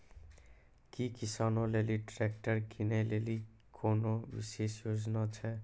कि किसानो लेली ट्रैक्टर किनै लेली कोनो विशेष योजना छै?